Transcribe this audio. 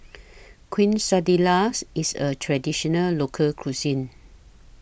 Quesadillas IS A Traditional Local Cuisine